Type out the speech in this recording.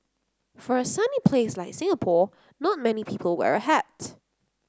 for a sunny place like Singapore not many people wear a hat